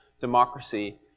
democracy